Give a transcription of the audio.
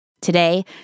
Today